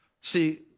See